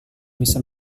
bisa